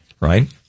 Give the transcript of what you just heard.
right